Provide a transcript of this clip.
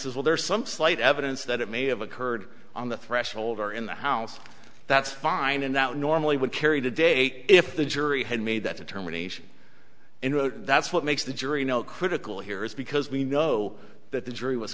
says well there's some slight evidence that it may have occurred on the threshold or in the house that's fine and that normally would carry the date if the jury had made that determination and that's what makes the jury know critical here is because we know that the jury was